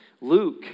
Luke